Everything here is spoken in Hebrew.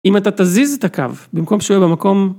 אם אתה תזיז את הקו במקום שהוא יהיה במקום